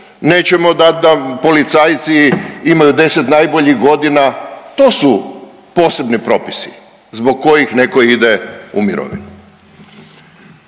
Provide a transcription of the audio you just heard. nećemo dat da policajci imaju 10 najboljih godina. To su posebni propisi zbog kojih netko ide u mirovinu.